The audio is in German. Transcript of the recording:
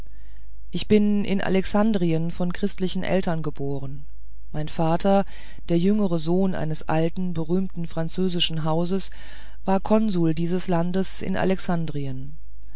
ich bin in alexandrien von christlichen eltern geboren mein vater der jüngere sohn eines alten berühmten französischen hauses war konsul seines landes in alexandrien